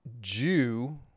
Jew